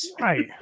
Right